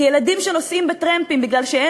כי ילדים שנוסעים בטרמפים מפני שאין